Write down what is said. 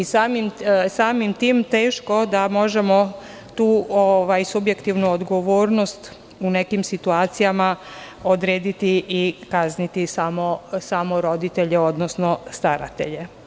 Samim tim je teško da možemo tu subjektivnu odgovornost u nekim situacijama odrediti i kazniti samo roditelje, odnosno staratelje.